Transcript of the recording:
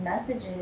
messages